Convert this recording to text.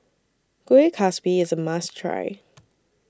Kueh Kaswi IS A must Try